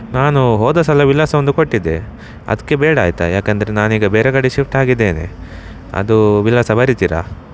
ನಾನು ಹೋದ ಸಲ ವಿಳಾಸವೊಂದು ಕೊಟ್ಟಿದ್ದೆ ಅದಕ್ಕೆ ಬೇಡ ಆಯಿತಾ ಯಾಕಂದರೆ ನಾನೀಗ ಬೇರೆ ಕಡೆ ಶಿಫ್ಟ್ ಆಗಿದ್ದೇನೆ ಅದು ವಿಳಾಸ ಬರಿತೀರಾ